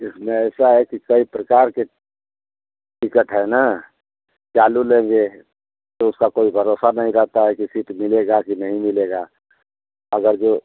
इसमें ऐसा है कि कई प्रकार के टिकट है न चालू लेंगे तो उसका कोई भरोसा नहीं रहेता है कि सीट मिलेगा कि नहीं मिलेगा अगर जो